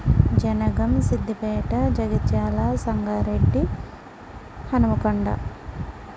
Jangaon Siddipet Jagtial Sangareddy Hanumakonda